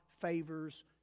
favors